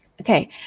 Okay